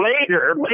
later